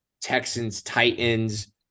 Texans-Titans